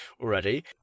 already